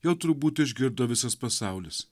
jau turbūt išgirdo visas pasaulis